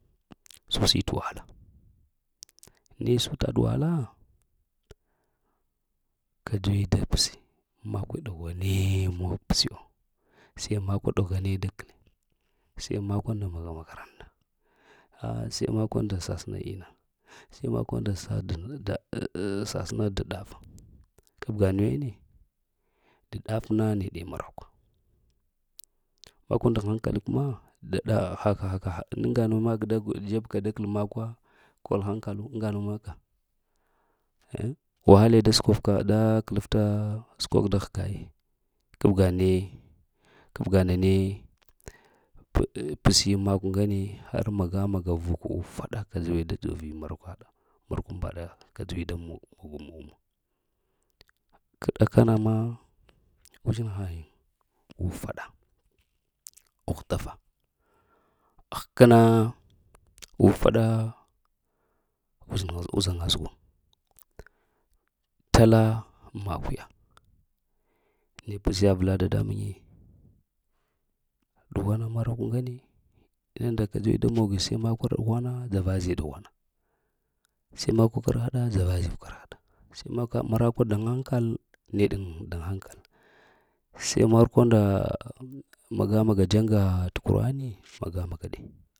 Susi t wahala, ne sutaɗ wahala. kadzuwi da psi makwe ɗughwane ma ps yo, seh makwa dughwane da kli seh makwunda maga makaranta ah se makwunda sasəna ina, ah se sasəna d ɗafa, kabga nuwene d ɗafna neɗe marakwa makwu aŋa nu makag da kəl makwa kol hankalu anga nu maka ŋ wahale da sefka da klefta səkwaha da hga. Kabga ne kabga kabga nane eeppsi makwŋane har maga-magi vuk ufaɗa ka dzuwi da dzovi markwaɗa markun mbaɗa, kadzuwi da həb wuma kə ɗakana ma, uzhin ha yin ufaɗa huta fa həkəna, ufaɗa uzhinha uzaŋa zugun, tala makwu ya. Ne psi avla dadamuŋ yi. Ɗughwana marakw ŋane, innu nda kadzuwi da muni, sai marakwa ɗughwana dzara-dzi ɗughwana, seh makwa kərhaɗa dzavi-dzi kərhaɗa, seh marakwa nda hankal ne dəŋ nda hankal, seh marakwunda maga-maga jaŋa t kurani, maga maga ɗe.